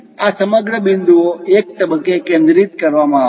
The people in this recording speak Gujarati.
આ સમગ્ર બિંદુ ઓ એક તબક્કે કેન્દ્રિત કરવામાં આવશે